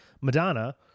Madonna